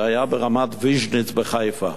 זה היה ברמת-ויז'ניץ בחיפה.